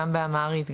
גם באמהרית,